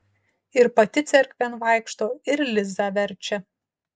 ir pati cerkvėn vaikšto ir lizą verčia